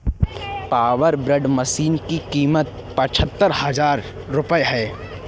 power weeder machine की कीमत पचहत्तर हजार रूपये है